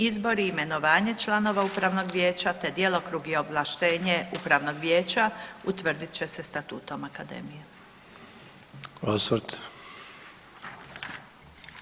Izbor i imenovanje članova upravnog vijeća te djelokrug i ovlaštenje upravnog vijeća utvrdit će se statutom akademije.